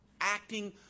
acting